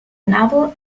novel